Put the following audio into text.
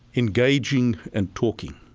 engaging and talking.